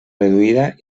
reduïda